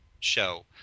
Show